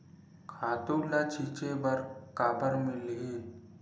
खातु ल छिंचे बर काबर मिलही?